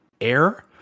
air